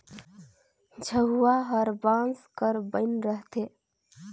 झउहा हर बांस कर बइन रहथे